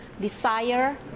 desire